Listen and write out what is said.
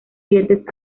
dientes